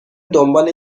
دنبال